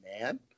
man